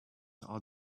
are